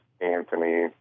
Anthony